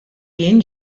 jien